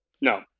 No